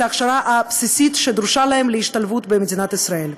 ההכשרה הבסיסית שדרושה להם להשתלבות במדינת ישראל.